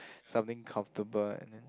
something comfortable and then